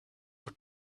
for